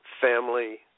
Family